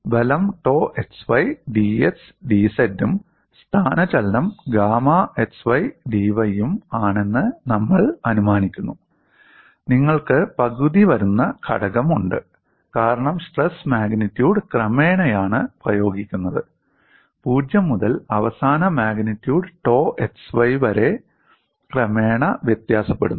ബലം tau xy dx dz ഉം സ്ഥാനചലനം ഗാമാ xy dy ഉം ആണെന്ന് നമ്മൾ അനുമാനിക്കുന്നു നിങ്ങൾക്ക് പകുതി വരുന്ന ഘടകം ഉണ്ട് കാരണം സ്ട്രെസ് മാഗ്നിറ്റ്യൂഡ് ക്രമേണയാണ് പ്രയോഗിക്കുന്നന്നത് 0 മുതൽ അവസാന മാഗ്നിറ്റ്യൂഡ് ടോ xy വരെ ക്രമേണ വ്യത്യാസപ്പെടുന്നു